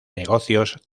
negocios